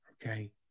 Okay